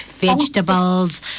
vegetables